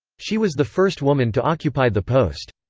she was the first woman to occupy the post.